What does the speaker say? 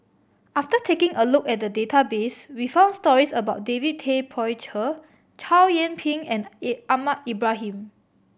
after taking a look at the database we found stories about David Tay Poey Cher Chow Yian Ping and A Ahmad Ibrahim